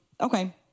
Okay